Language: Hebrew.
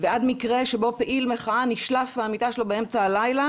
ועד מקרה שבו פעיל מחאה נשלף מהמיטה שלו באמצע הלילה